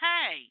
Hey